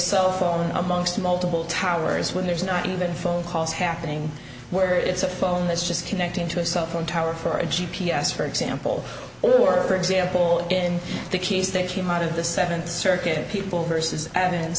cell phone amongst multiple towers when there's not even phone calls happening where it's a phone that's just connecting to a cell phone tower for a g p s for example or for example in the case that came out of the seventh circuit people versus